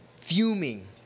fuming